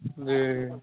जी